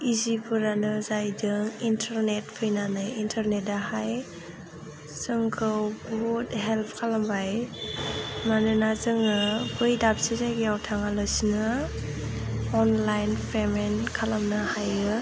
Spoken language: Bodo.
इजिफोरानो जाहैदों इन्टारनेट फैनानै इन्टारनेटाहाय जोंखौ बुहुद हेल्प खालामबाय मानोना जोङो बै दाबसे जायगायाव थाङालासिनो अनलाइन पेमेन्त खालामनो हायो